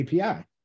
API